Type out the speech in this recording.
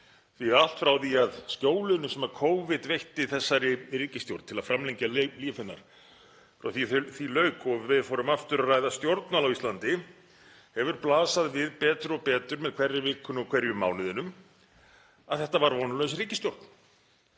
að allt frá því að skjólinu sem Covid veitti þessari ríkisstjórn til að framlengja líf hennar lauk og við fórum aftur að ræða stjórnmál á Íslandi hefur blasað við betur og betur með hverri vikunni og hverjum mánuðinum að þetta var vonlaus ríkisstjórn.